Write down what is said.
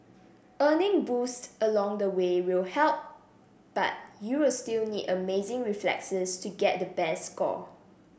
earning boosts along the way will help but you'll still need amazing reflexes to get the best score